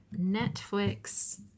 Netflix